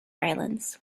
islands